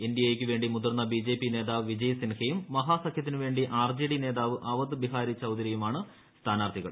N D എയ്ക്കു വേണ്ടി മുതിർന്ന ബി ജെ പി നേതാവ് വിജയ് സിൻഹയും മഹാസഖ്യത്തിനു വേണ്ടി ആർ ജെ ഡി നേതാവ് അവധ് ബിഹാരി ചൌധരിയുമാണ് സ്ഥാനാർത്ഥികൾ